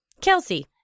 Kelsey